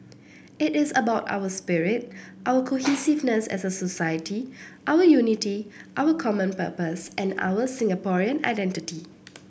it is about our spirit our cohesiveness as a society our unity our common purpose and our Singaporean identity